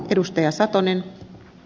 arvoisa puhemies